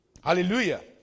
Hallelujah